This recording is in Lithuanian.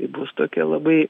bus tokie labai